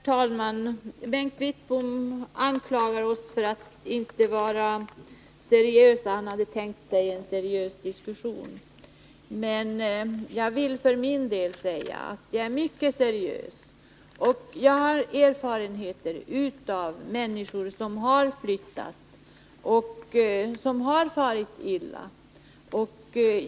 Herr talman! Bengt Wittbom anklagar oss för att inte vara seriösa. Han hade tänkt sig en seriös diskussion. Jag vill för min del säga att jag är mycket seriös. Jag har erfarenheter av människor som har flyttat och som har farit illa.